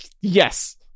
Yes